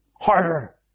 harder